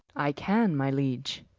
i can my liedge